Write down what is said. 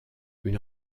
une